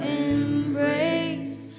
embrace